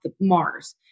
Mars